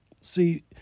See